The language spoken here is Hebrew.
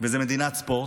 זו מדינת ספורט.